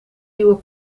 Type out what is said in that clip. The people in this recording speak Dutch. nieuwe